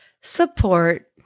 support